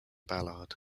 ballard